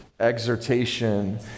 exhortation